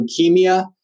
leukemia